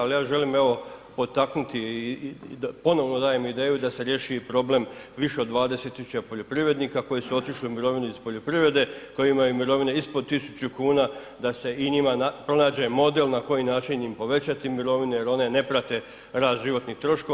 Al ja želim evo potaknuti i ponovno dajem ideju da se riješi i problem više od 20000 poljoprivrednika koji su otišli u mirovinu iz poljoprivrede, koji imaju mirovine ispod 1.000,00 kn, da se i njima pronađe model na koji način im povećati mirovine jer one ne prate rad životnih troškova.